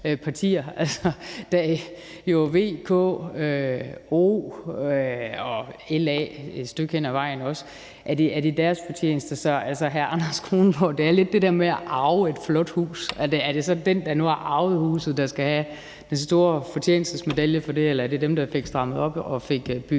altså V, K, O og et stykke hen ad vejen også LA, som har fortjenesten? Altså, hr. Anders Kronborg, det er lidt det der med at arve et flot hus. Er det så den, der nu har arvet huset, der skal have den store fortjenstmedalje for det, eller er det dem, der fik strammet op og fik bygget